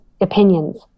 opinions